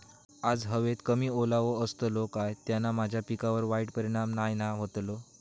आज हवेत कमी ओलावो असतलो काय त्याना माझ्या पिकावर वाईट परिणाम नाय ना व्हतलो?